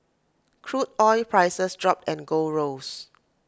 crude oil prices dropped and gold rose